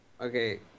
Okay